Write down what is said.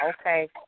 okay